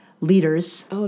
leaders